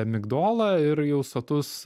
migdolą ir jau sotus